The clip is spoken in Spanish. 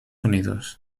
unidos